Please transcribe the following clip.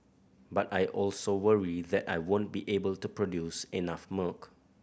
but I also worry that I won't be able to produce enough milk